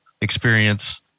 experience